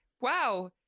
Wow